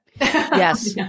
Yes